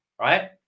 right